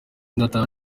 ndataha